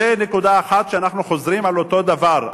זאת נקודה אחת שאנחנו חוזרים על אותו דבר.